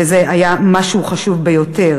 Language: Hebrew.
ולכן זה היה חשוב ביותר.